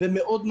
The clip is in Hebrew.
(היו"ר עודד